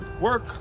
Work